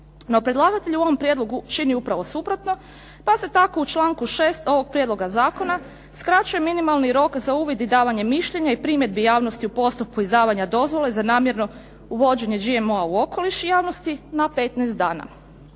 No predlagatelj u ovom prijedlogu čini upravo suprotno pa se tako u članku 6. ovog prijedloga zakona skraćuje minimalni rok za uvid i davanje mišljenja i primjedbi javnosti u postupku izdavanja dozvole za namjerno uvođenje GMO-a u okoliš javnosti na 15 dana.